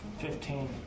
Fifteen